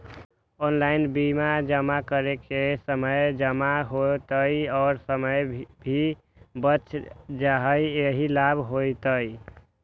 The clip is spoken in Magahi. ऑनलाइन बिल जमा करे से समय पर जमा हो जतई और समय भी बच जाहई यही लाभ होहई?